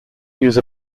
use